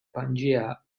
pangaea